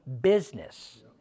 business